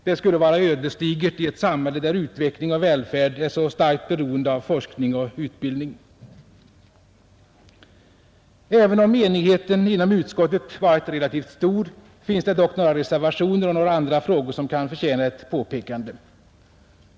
Det skulle vara ödesdigert i ett samhälle där utveckling och välfärd är så starkt beroende av forskning och utbildning. Även om enigheten inom utskottet varit relativt stor, finns det några reservationer och några andra frågor som kan förtjäna ett påpekande.